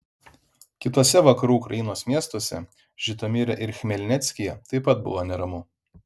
kituose vakarų ukrainos miestuose žitomire ir chmelnickyje taip pat buvo neramu